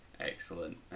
excellent